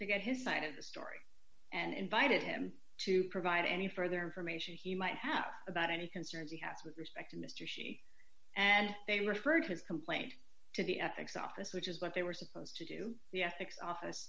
to get his side of the story and invited him to provide any further information he might have about any concerns he has with respect to mr sheen and they referred his complaint to the ethics office which is what they were supposed to do the ethics office